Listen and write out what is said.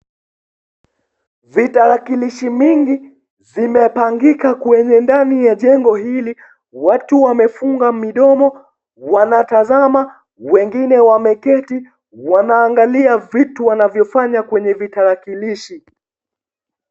Vitarakilishi mingi vimepangika kwenye ndani ya jengo hili. Watu wamefunga midomo wanatazama wengine wameketi wanaangalia vitu wanavyofanya kwenye vitarakilishi.